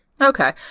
Okay